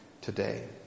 today